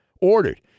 ordered